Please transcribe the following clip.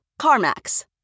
CarMax